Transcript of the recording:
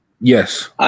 Yes